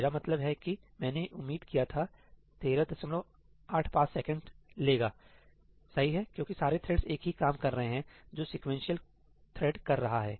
मेरा मतलब है कि मैंने उम्मीद किया था 1385 सेकंडस लेगा सही है क्योंकि सारे थ्रेड्स एक ही काम कर रहे हैं जो सीक्वेंशियल थ्रेड कर रहा है